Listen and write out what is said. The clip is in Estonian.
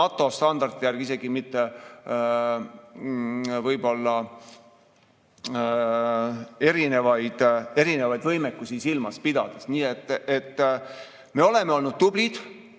NATO standardite järgi, isegi mitte võib-olla erinevaid võimekusi silmas pidades. Nii et me oleme olnud tublid,